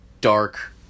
dark